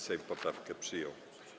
Sejm poprawki przyjął.